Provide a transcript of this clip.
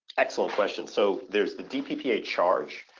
excellent question. so, there's the dppa charge,